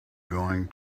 going